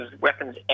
Weapons